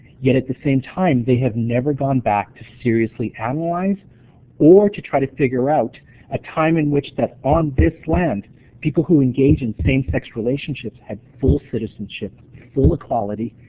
yet at the same time they have never gone back to seriously analyze or to try to figure out ah time in which that on this land people who engage in same-sex relationships have full citizenship, full equality,